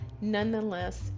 nonetheless